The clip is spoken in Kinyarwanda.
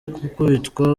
gukubitwa